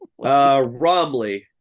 Romley